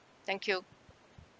thank you